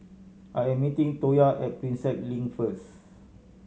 I am meeting Toya at Prinsep Link first